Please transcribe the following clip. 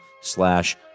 slash